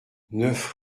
neuf